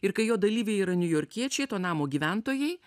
ir kai jo dalyviai yra niujorkiečiai to namo gyventojai